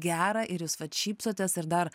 gera ir jūs vat šypsotės ir dar